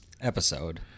Episode